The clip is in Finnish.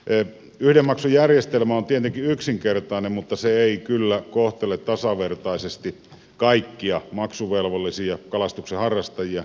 yhden maksun järjestelmä on tietenkin yksinkertainen mutta se ei kyllä kohtele tasavertaisesti kaikkia maksuvelvollisia kalastuksen harrastajia